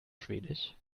schwedisch